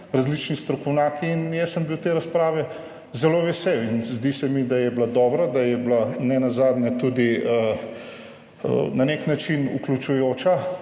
različni strokovnjaki. Jaz sem bil te razprave zelo vesel in zdi se mi, da je bila dobra, da je bila nenazadnje tudi na nek način vključujoča.